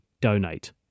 donate